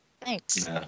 Thanks